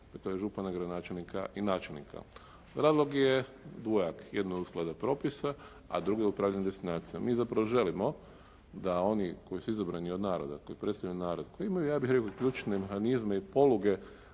to je župana, gradonačelnika i načelnika. Razlog je dvojak. Jedno je uskladba propisa a drugo je upravljanje destinacijama. Mi zapravo želimo da oni koji su izabrani od naroda, koji predstavljaju narod, koji imaju ja bih rekao ključne mehanizme i pologe